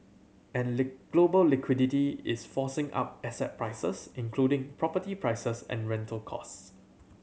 and global liquidity is forcing up asset prices including property prices and rental costs